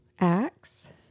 Acts